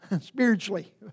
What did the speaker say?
spiritually